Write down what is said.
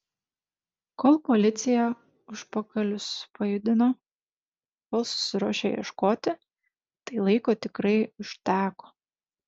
kol policija užpakalius pajudino kol susiruošė ieškoti tai laiko tikrai užteko